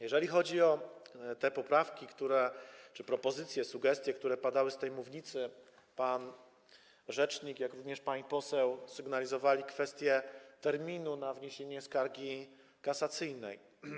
Jeżeli chodzi o te poprawki, propozycje czy sugestie, które padały z tej mównicy, pan rzecznik, jak również pani poseł sygnalizowali kwestię terminu na wniesienie skargi kasacyjnej.